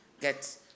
get